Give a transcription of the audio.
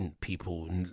people